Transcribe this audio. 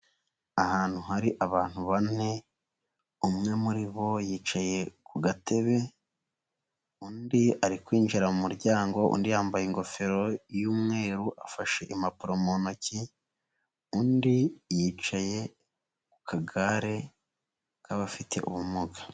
Ahantu hari abantu bane, umwe muri bo yicaye ku gatebe, undi ari kwinjira mu muryango, undi yambaye ingofero y'umweru, afashe impapuro mu ntoki, undi yicaye ku kagare k'abafite ubumuga.